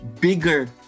bigger